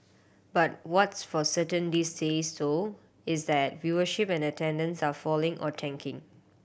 but what's for certain these days though is that viewership and attendance are falling or tanking